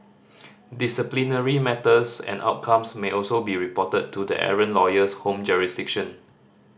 disciplinary matters and outcomes may also be reported to the errant lawyer's home jurisdiction